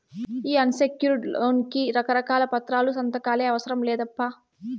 ఈ unsecured loan కి రకారకాల పత్రాలు, సంతకాలే అవసరం లేదప్పా